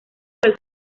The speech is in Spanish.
del